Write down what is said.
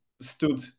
stood